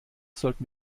sollten